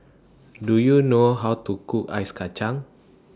Do YOU know How to Cook Ice Kacang